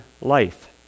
life